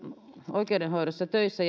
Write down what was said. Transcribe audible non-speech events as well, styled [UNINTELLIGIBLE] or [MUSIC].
oikeudenhoidossa töissä [UNINTELLIGIBLE]